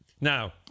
Now